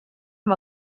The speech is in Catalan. amb